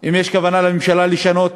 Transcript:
אם יש כוונה לממשלה לשנות